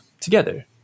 Together